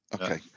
Okay